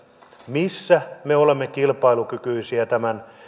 missä me olemme kilpailukykyisiä tämän